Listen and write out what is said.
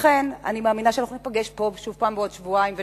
לכן אני מאמינה שאנחנו ניפגש פה שוב בעוד שבועיים ונדבר.